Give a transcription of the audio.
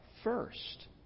First